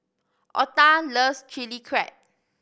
Ota loves Chili Crab